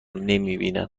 نمیبینن